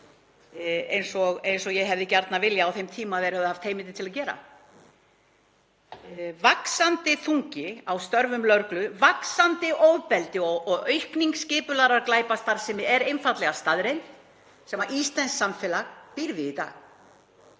eins og ég hefði gjarnan viljað á þeim tíma að þeir hefðu haft heimildir til að gera. Vaxandi þungi á störfum lögreglu, vaxandi ofbeldi og aukning skipulagðrar glæpastarfsemi er einfaldlega staðreynd sem íslenskt samfélag býr við í dag.